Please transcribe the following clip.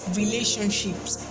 relationships